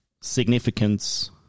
Significance